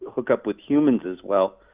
hook up with humans as well,